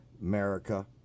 America